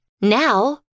Now